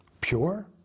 Pure